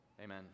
Amen